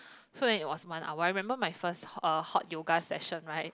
so then it was month I was remember first uh hot yoga session right